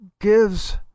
gives